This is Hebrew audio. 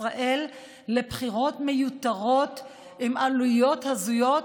ישראל לבחירות מיותרות עם עלויות הזויות,